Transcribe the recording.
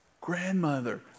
grandmother